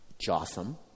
Jotham